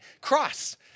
cross